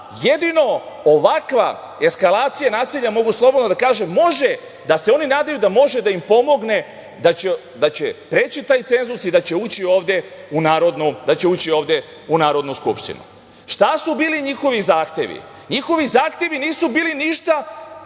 jedino ovakva eskalacija nasilja, mogu slobodno da kažem, da se oni nadaju da može da im pomogne da će preći taj cenzus i da će ući ovde u Narodnu skupštinu. Šta su bili njihovi zahtevi? Njihovi zahtevi nisu bili ništa